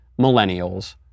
millennials